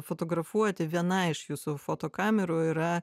fotografuoti viena iš jūsų fotokamerų yra